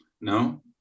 No